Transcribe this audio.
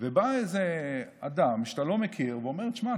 ובא איזה אדם שאתה לא מכיר ואומר: תשמע,